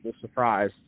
surprise